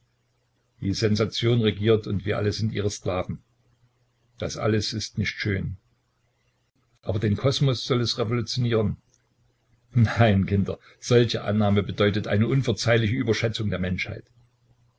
die sensation regiert und wir alle sind ihre sklaven das alles ist nicht schön aber den kosmos soll es revolutionieren nein kinder solche annahme bedeutet eine unverzeihliche überschätzung der menschheit